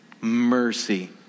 mercy